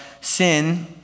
sin